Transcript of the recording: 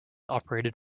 operated